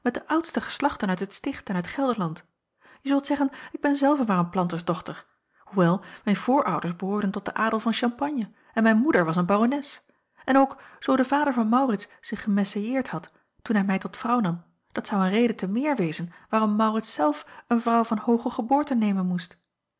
de oudste geslachten uit het sticht en uit gelderland je zult zeggen ik ben zelve maar een planters dochter hoewel mijn voorouders behoorden tot den adel van champagne en mijne moeder was een barones en ook zoo de vader van maurits zich gemésallieerd had toen hij mij tot vrouw nam dat zou een reden te meer wezen waarom jacob van ennep laasje evenster aurits zelf een vrouw van hooge geboorte nemen moest